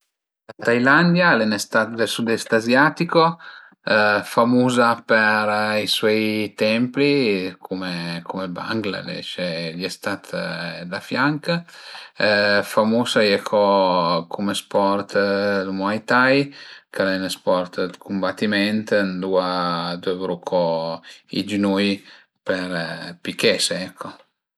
La Thailandia al e ün stat dël sud-est aziatico famuza për i suoi templi cume cume ël Bangladesh e i stat da fianch. Famus a ie co cume sport, ël Muay thai, ch'al e ün sport dë cumbatiment ëndua a dövru co i gënui për pichese ecco